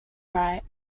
right